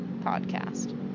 podcast